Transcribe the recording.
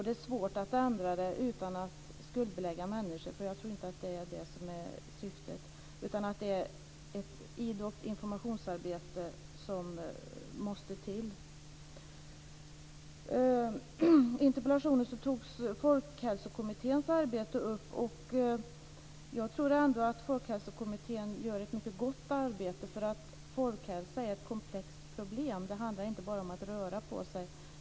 Det är svårt att ändra dem utan att skuldbelägga människor. Jag tror inte att det är syftet, utan det är ett idogt informationsarbete som måste till. I interpellationen togs Folkhälsokommitténs arbete upp. Jag tror att Folkhälsokommittén gör ett mycket gott arbete. Folkhälsa är ett komplext problem. Det handlar inte bara om att röra på sig.